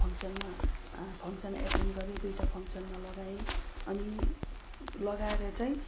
फङ्सनमा function attend गरेँ दुइटा फङ्सनमा लगाएँ अनि लगाएर चाहिँ